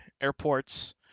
airports